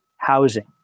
housing